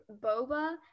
boba